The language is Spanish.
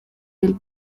del